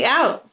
out